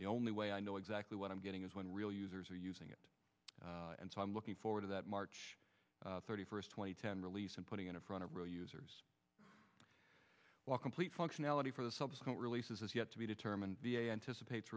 the only way i know exactly what i'm getting is when real users are using it and so i'm looking forward to that march thirty first twenty ten release and putting in front of real users will complete functionality for the subsequent releases as yet to be determined anticipates